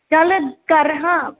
चल कर आं